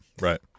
right